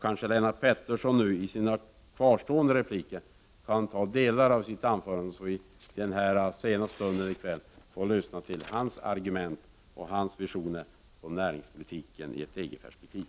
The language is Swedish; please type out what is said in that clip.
Kanske Lennart Pettersson nu, i sina kvarstående repliker, kan ta upp delar av sitt anförande så att vi i denna sena stund får lyssna till hans argument och visioner om näringspolitiken i ett EG-perspektiv.